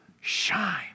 Shine